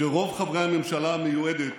כשרוב חברי הממשלה המיועדת